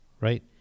right